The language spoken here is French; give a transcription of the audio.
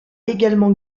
également